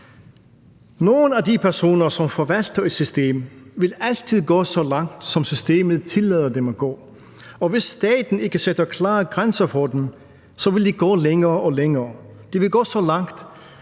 Nogle af de personer, som forvalter et system, vil altid gå så langt, som systemet tillader dem at gå, og hvis staten ikke sætter klare grænser for dem, vil de gå længere og længere. De vil gå så langt,